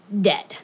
dead